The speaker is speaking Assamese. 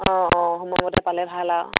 অঁ অঁ সময়মতে পালে ভাল আৰু